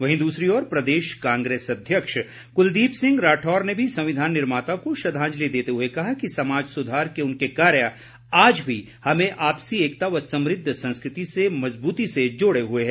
वहीं दूसरी ओर प्रदेश कांग्रेस अध्यक्ष कुलदीप सिंह राठौर ने भी संविधान निर्माता को श्रद्वांजलि देते हुए कहा कि समाज सुधार के उनके कार्य आज भी हमें आपसी एकता व समृद्ध संस्कृति से मजबूती से जोड़े हुए है